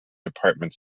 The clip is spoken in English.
department